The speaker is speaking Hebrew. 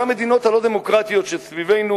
זה המדינות הלא-דמוקרטיות שסביבנו,